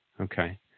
Okay